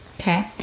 okay